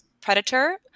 predator